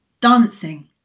dancing